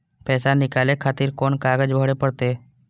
पैसा नीकाले खातिर कोन कागज भरे परतें?